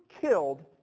killed